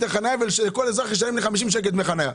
שכל אזרח ישלם 50 שקל דמי חניה.